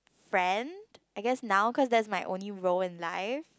friend I guess now cause that's my only role in life